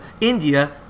India